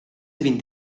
vint